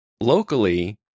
locally